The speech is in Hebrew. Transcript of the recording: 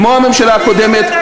כמו הממשלה הקודמת,